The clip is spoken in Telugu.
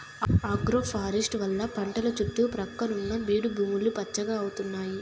ఆగ్రోఫారెస్ట్రీ వల్ల పంటల సుట్టు పక్కల ఉన్న బీడు భూములు పచ్చగా అయితాయి